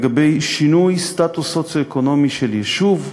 לגבי שינוי סטטוס סוציו-אקונומי של יישוב,